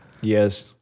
Yes